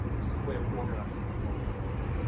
it's just a way of organizing all that, i believe.